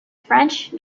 french